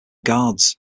guards